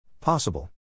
Possible